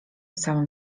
samym